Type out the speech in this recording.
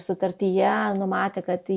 sutartyje numatę kad